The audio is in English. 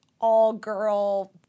all-girl